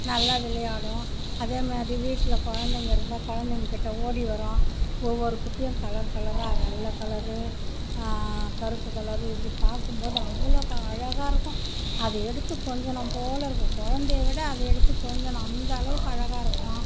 நல்லா விளையாடும் அதே மாதிரி வீட்டில் குழந்தைங்க இருந்தா குழந்தைங்க கிட்ட ஓடிவரும் ஒவ்வொரு குட்டியும் கலர் கலராக வெள்ளை கலரு கருப்பு கலரு இப்படி பார்க்கும் போது அவ்வளோ அழகாக இருக்கும் அதை எடுத்து கொஞ்சனும் போல் இருக்கும் குழந்தையை விட அதை எடுத்து கொஞ்சனும் அந்த அளவுக்கு அழகாகருக்கும்